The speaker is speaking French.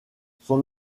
son